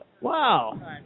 Wow